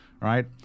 right